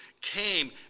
came